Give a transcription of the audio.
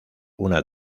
una